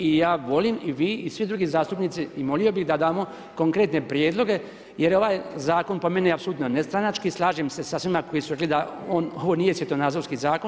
I ja volim i vi i svi drugi zastupnici i molio bih da damo konkretne prijedloge jer je ovaj zakon po meni apsolutno nestranački, slažem se sa svima koji si reklo da ovo nije svjetonazorski zakon.